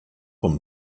him